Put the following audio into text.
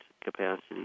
capacity